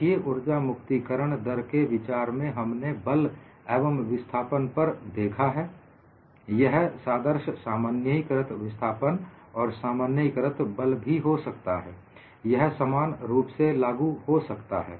देखिए ऊर्जा मुक्ति करण दर के विचार में हमने बल एवं विस्थापन पर देखा है यह सादृश्य सामान्यीकृत विस्थापन और सामान्यीकृत बल भी हो सकता है यह समान रूप से लागू हो सकता है